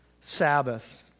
Sabbath